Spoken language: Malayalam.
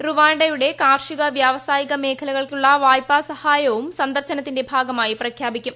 റുവാണ്ടയുടെ കാർഷിക വ്യാവസായിക മേഖലകൾക്കുള്ള വായ്പാ സഹായവും സന്ദർശനത്തിന്റെ ഭാഗമായി പ്രഖ്യാപിക്കും